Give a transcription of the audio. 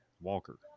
Walker